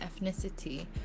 ethnicity